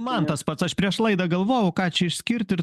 man tas pats aš prieš laidą galvojau ką čia išskirt ir